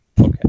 Okay